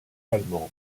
allemande